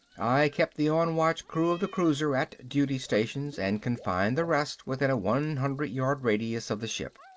i kept the on-watch crew of the cruiser at duty stations and confined the rest within a one hundred yard radius of the ship.